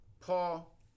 Paul